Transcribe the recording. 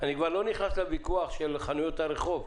אני כבר לא נכנס לוויכוח של חנויות הרחוב,